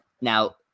now